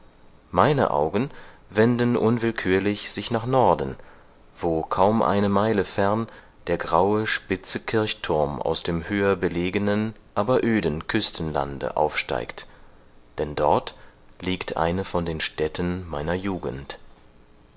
meine augen wenden unwillkürlich sich nach norden wo kaum eine meile fern der graue spitze kirchturm aus dem höher belegenen aber öden küstenlande aufsteigt denn dort liegt eine von den stätten meiner jugend